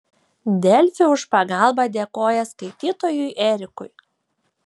delfi už pagalbą dėkoja skaitytojui erikui